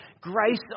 grace